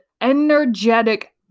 energetic